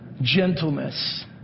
Gentleness